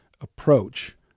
approach